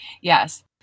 Yes